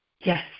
Yes